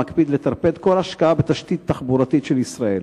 המקפיד לטרפד כל השקעה בתשתית התחבורתית של ישראל.